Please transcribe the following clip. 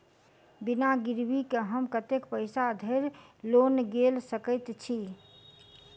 बिना गिरबी केँ हम कतेक पैसा धरि लोन गेल सकैत छी?